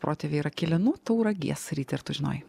protėviai yra kilę nuo tauragės ryti ar tu žinojai